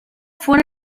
fue